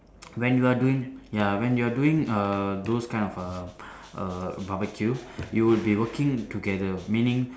when are you doing ya when you are doing uh those kind of a a barbeque you would be working together meaning